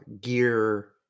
gear